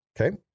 Okay